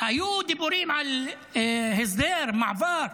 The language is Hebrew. היו דיבורים על הסדר, מעבר,